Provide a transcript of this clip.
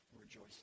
rejoice